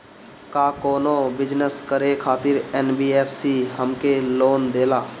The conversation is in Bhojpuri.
का कौनो बिजनस करे खातिर एन.बी.एफ.सी हमके लोन देला?